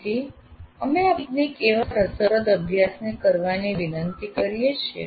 તેથી અમે આપને એક એવા રસપ્રદ અભ્યાસ કરવાની વિનંતી કરીએ છીએ